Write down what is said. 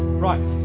ryan.